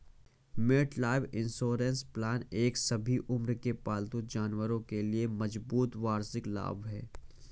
MetLife insurance plan एक सभी उम्र के पालतू जानवरों के लिए मजबूत वार्षिक लाभ है